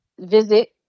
visit